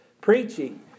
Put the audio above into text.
Preaching